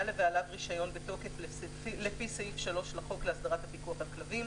היה לבעליו רישיון בתוקף לפי סעיף 3 לחוק להסדרת הפיקוח על כלבים